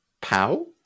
Pow